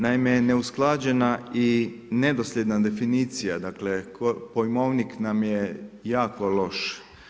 Naime neusklađena i nedoseljena definicija, dakle, pojmovnik nam je jako loš.